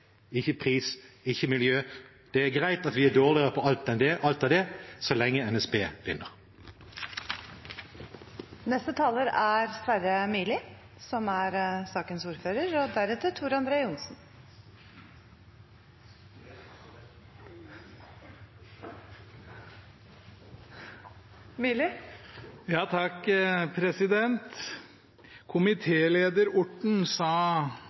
ikke kvalitet, ikke pris, ikke miljø. Det er greit at vi er dårligere på alt dette, så lenge NSB vinner. Komitéleder Orten sa